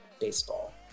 Baseball